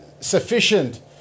sufficient